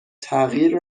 تغییر